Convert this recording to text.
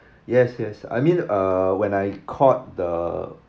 yes yes I mean uh when I called the